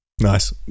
nice